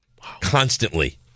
Constantly